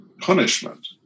punishment